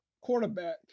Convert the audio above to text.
quarterback